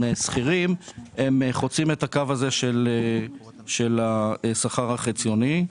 שכירים חוצים את הקו הזה של השכר החציוני.